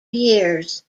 years